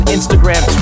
Instagram